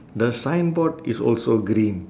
the signboard is also green